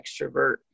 extrovert